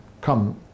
Come